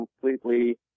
completely